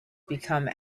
become